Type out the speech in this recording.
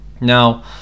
now